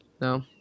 No